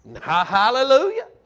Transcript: Hallelujah